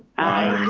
aye.